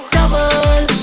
Double